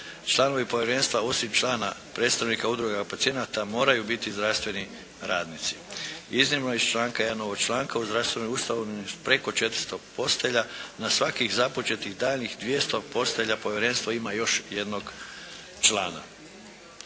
Članovi povjerenstva osim člana predstavnika udruga pacijenata moraju biti zdravstveni radnici. Iznimno iz članka 1. ovog članka, u zdravstvenoj ustanovi preko 400 postelja na svakih započetih daljnjih 200 postelja, povjerenstvo ima još jednog člana.